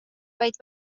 vaid